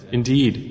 Indeed